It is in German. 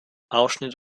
aufschnitt